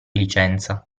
licenza